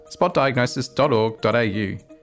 spotdiagnosis.org.au